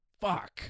Fuck